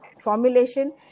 formulation